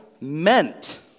meant